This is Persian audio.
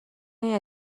این